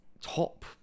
top